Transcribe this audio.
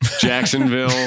Jacksonville